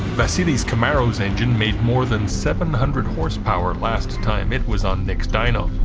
vasilis camaros engine made more than seven hundred horsepower last time it was on nick's dyno